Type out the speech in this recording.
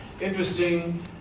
Interesting